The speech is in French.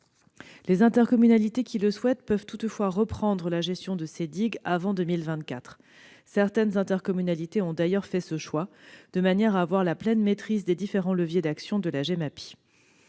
Les intercommunalités qui le souhaitent peuvent toutefois reprendre la gestion de ces digues avant 2024. Certaines intercommunalités ont d'ailleurs fait ce choix, de manière à avoir la pleine maîtrise des différents leviers d'action de la Gemapi.